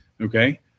Okay